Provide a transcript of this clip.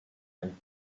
him